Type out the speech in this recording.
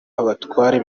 abatware